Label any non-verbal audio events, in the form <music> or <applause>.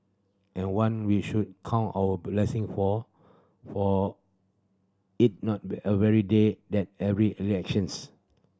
and one we should count our blessing for for it not <unintelligible> a every day then every elections